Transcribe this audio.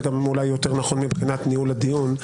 גם אולי יותר נכון מבחינת ניהול הדיון,